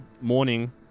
morning